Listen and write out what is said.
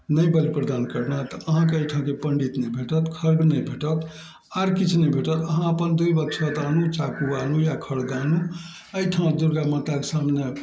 नहि बलि प्रदान करना अइ तऽ अहाँके अइठामके पण्डित नहि भेटत खड़ग नहि भेटत आओर किछु नहि भेटत अहाँ अपन दूबि अक्षत आनू चाकू आनू या खड़ग आनू अइठाम दुर्गा माताके सामने